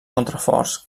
contraforts